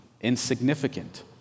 insignificant